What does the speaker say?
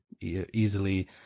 easily